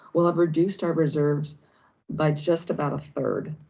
we'll have reduced our reserves by just about a third,